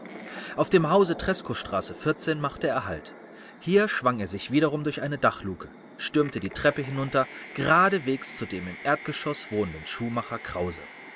auf dem hause treskowstraße machte er halt hier schwang er sich wiederum durch eine dachluke stürmte die treppe hinunter geradenwegs zu dem im erdgeschoß wohnenden schuhmacher krause